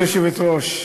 גברתי היושבת-ראש,